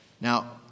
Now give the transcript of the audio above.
Now